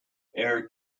air